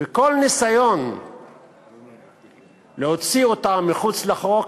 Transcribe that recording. וכל ניסיון להוציא אותה אל מחוץ לחוק,